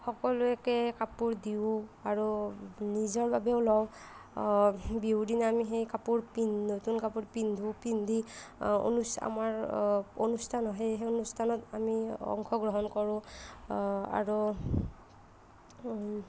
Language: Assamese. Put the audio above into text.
সকলোকে কাপোৰ দিওঁ আৰু নিজৰ বাবেও লওঁ বিহুদিনা আমি সেই কাপোৰ পিন্দ নতুন কাপোৰ পিন্ধোঁ পিন্ধি অনুচ আমাৰ অনুষ্ঠান হয় সেই অনুষ্ঠানত আমি অংশগ্ৰহণ কৰোঁ আৰু